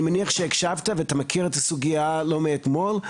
אני מניח שהקשבת ואתה מכיר את הסוגייה הזו לא מאתמול.